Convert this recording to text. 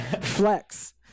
Flex